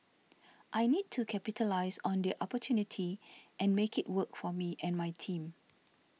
I need to capitalise on the opportunity and make it work for me and my team